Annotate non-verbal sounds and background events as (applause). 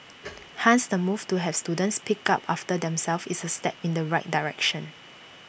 (noise) hence the move to have students pick up after themselves is A step in the right direction